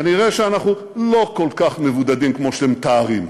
כנראה אנחנו לא כל כך מבודדים כמו שאתם מתארים.